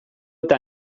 eta